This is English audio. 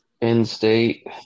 In-state